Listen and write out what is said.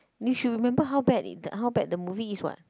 you should remember how bad it how bad the movie is [what]